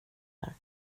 här